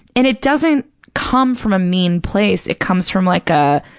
and it doesn't come from a mean place. it comes from like a,